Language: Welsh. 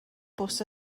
bws